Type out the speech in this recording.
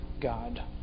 God